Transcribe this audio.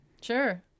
Sure